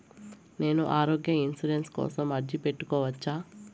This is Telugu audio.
నేను ఆరోగ్య ఇన్సూరెన్సు కోసం అర్జీ పెట్టుకోవచ్చా?